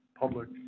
public